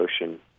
Ocean